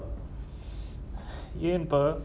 ஏன் பா:yen pa